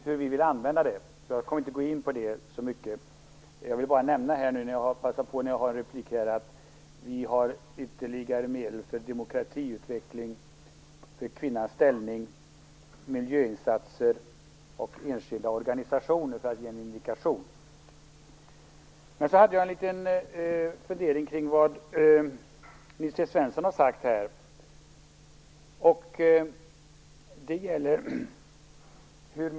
Jag kommer inte att gå inte på det så mycket, men för att ge en indikation vill jag bara passa på att nämna att vi har ytterligare medel för demokratiutveckling, för förbättrande av kvinnans ställning, för miljöinsatser och för enskilda organisationer. Jag hade en liten fundering kring vad Nils T Svensson sade här.